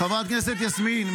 חברת הכנסת יסמין,